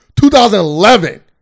2011